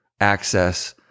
access